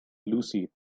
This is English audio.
lucy